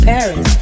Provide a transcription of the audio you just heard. Paris